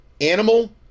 Animal